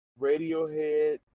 Radiohead